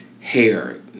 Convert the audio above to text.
Hair